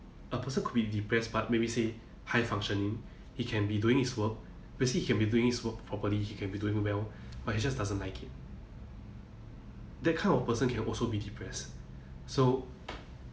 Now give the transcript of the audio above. a person could be depressed but maybe say high functioning he can be doing his work basically he can be doing his work properly he can be doing well but he just doesn't like it that kind of person can also be depressed so